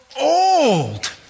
old